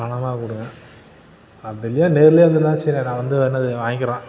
பணமாக கொடுங்க அப்படி இல்லையா நேரில் வந்து என்ன செய்கிறேன் நான் வந்து வேணுணா வாங்கிகறோம்